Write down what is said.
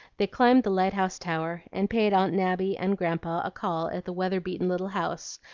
they climbed the lighthouse tower, and paid aunt nabby and grandpa a call at the weather-beaten little house,